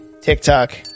TikTok